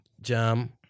jam